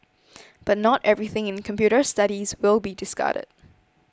but not everything in computer studies will be discarded